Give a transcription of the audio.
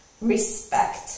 Respect